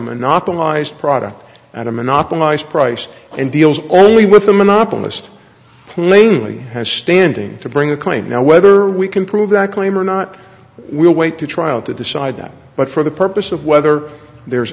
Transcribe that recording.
monopolized product at a monopolized price and deals only with a monopolist plainly has standing to bring a claim now whether we can prove that claim or not we'll wait to trial to decide that but for the purpose of whether there's